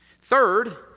Third